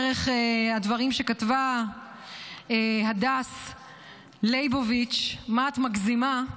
דרך הדברים שכתבה הדס לייבוביץ' "מה את מגזימה",